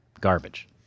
garbage